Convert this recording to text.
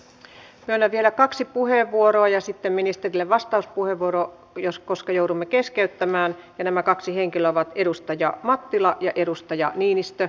myönnän vielä kaksi puheenvuoroa ja sitten ministerille vastauspuheenvuoron koska joudumme keskeyttämään ja nämä kaksi henkilöä ovat edustaja mattila ja edustaja niinistö